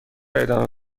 ادامه